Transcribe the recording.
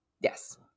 Yes